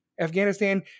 Afghanistan